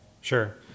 Sure